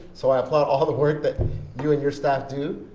so i applaud all the work that you and your staff do,